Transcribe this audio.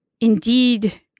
indeed